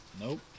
Nope